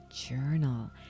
journal